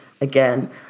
again